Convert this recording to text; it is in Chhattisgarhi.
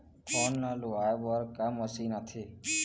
फोरन ला लुआय बर का मशीन आथे?